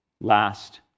last